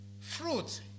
fruits